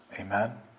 Amen